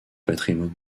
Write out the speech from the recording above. patrimoine